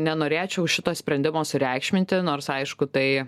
nenorėčiau šito sprendimo sureikšminti nors aišku tai